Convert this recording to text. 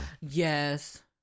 Yes